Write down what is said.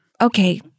Okay